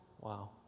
Wow